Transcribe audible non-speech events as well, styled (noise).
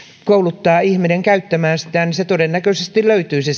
kouluttaa ihminen käyttämään sitä niin se koulutus todennäköisesti löytyisi (unintelligible)